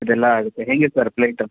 ಅದೆಲ್ಲ ಆಗುತ್ತೆ ಹೆಂಗೆ ಸರ್ ಪ್ಲೇಟು